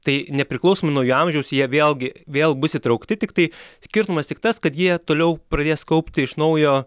tai nepriklausomai nuo jų amžiaus jie vėlgi vėl bus įtraukti tiktai skirtumas tik tas kad jie toliau pradės kaupti iš naujo